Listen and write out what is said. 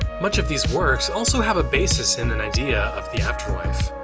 much of these works also have a basis in an idea of the afterlife.